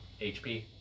HP